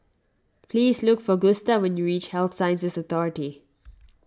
please look for Gusta when you reach Health Sciences Authority